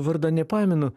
vardo nepamenu